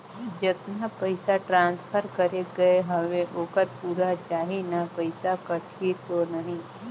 जतना पइसा ट्रांसफर करे गये हवे ओकर पूरा जाही न पइसा कटही तो नहीं?